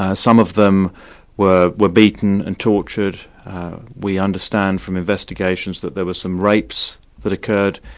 ah some of them were were beaten and tortured we understand from investigations that there were some rapes that occurred,